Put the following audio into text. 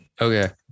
Okay